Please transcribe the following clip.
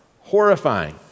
Horrifying